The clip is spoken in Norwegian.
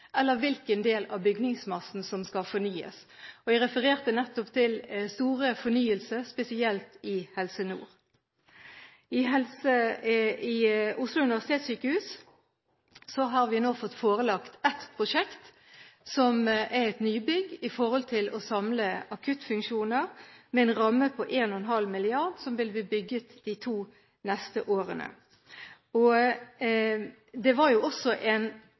eller hvilken del av bygningsmassen som skal fornyes. Jeg refererte nettopp til store fornyelser, spesielt i Helse Nord. Ved Oslo universitetssykehus har vi nå fått forelagt ett prosjekt, som er en del av et nybygg for å samle akuttfunksjoner, med